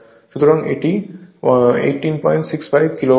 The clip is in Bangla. সুতরাং এটি 1865 কিলোওয়াট